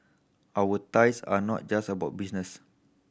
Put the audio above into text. our ties are not just about business